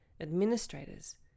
administrators